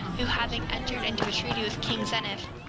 who having entered into a treaty with king zeniff,